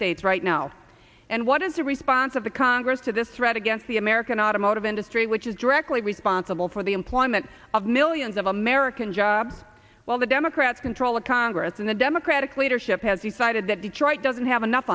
states right now and what is the response of the congress to this threat against the american automotive industry which is directly responsible for the employment of millions of american jobs while the democrats control the congress and the democratic leadership has decided that detroit doesn't have enough